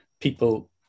people